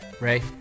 Ray